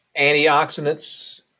antioxidants